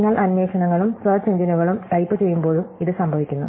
നിങ്ങൾ അന്വേഷണങ്ങളും സേർച്ച് എഞ്ചിനുകളും ടൈപ്പുചെയ്യുമ്പോഴും ഇത് സംഭവിക്കുന്നു